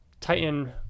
Titan